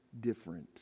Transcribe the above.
different